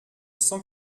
cent